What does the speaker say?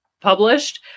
published